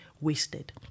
wasted